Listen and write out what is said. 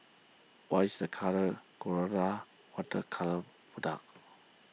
what is the colour Colora Water Colours product